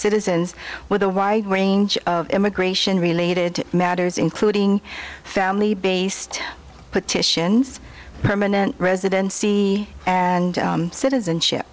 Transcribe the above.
citizens with a wide range of immigration related matters including family based petitions permanent residency and citizenship